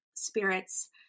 spirits